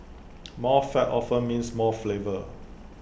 more fat often means more flavour